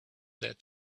that